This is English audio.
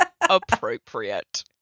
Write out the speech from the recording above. appropriate